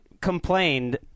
complained